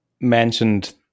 mentioned